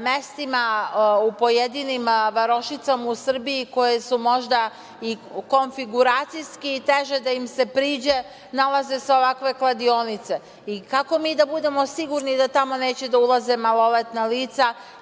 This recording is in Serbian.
mestima u pojedinim varošicama u Srbiji, gde je možda i konfiguracijski teže da im se priđe, nalaze se ovakve kladionice i kako mi da budemo sigurni da tamo neće da ulaze maloletna lica